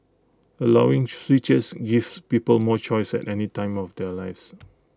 allowing switches gives people more choice at any time of their lives